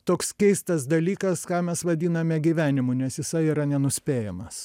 toks keistas dalykas ką mes vadiname gyvenimu nes jisai yra nenuspėjamas